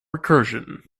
recursion